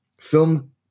film